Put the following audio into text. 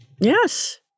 Yes